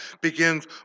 begins